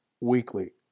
weekly